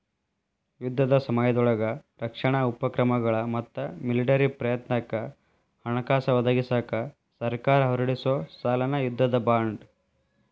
ಯುದ್ಧದ ಸಮಯದೊಳಗ ರಕ್ಷಣಾ ಉಪಕ್ರಮಗಳ ಮತ್ತ ಮಿಲಿಟರಿ ಪ್ರಯತ್ನಕ್ಕ ಹಣಕಾಸ ಒದಗಿಸಕ ಸರ್ಕಾರ ಹೊರಡಿಸೊ ಸಾಲನ ಯುದ್ಧದ ಬಾಂಡ್